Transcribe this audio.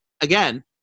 again